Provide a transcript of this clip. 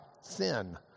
sin